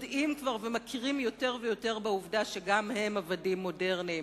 כבר יודעים ומכירים יותר ויותר בעובדה שגם הם עבדים מודרניים,